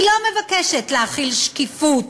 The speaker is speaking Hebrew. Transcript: היא לא מבקשת להחיל שקיפות